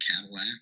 Cadillac